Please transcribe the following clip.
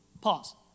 Pause